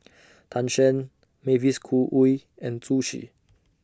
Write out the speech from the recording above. Tan Shen Mavis Khoo Oei and Zhu Xu